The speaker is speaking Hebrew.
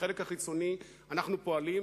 בחלק החיצוני אנחנו פועלים,